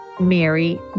Mary